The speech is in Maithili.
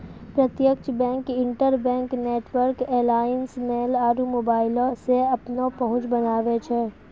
प्रत्यक्ष bank, interbank network alliance, mail आरु मोबाइलो से अपनो पहुंच बनाबै छै